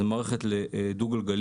זאת מערכת לדו-גלגלי.